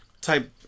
type